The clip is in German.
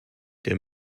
der